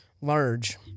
large